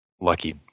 Lucky